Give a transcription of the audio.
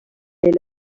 elle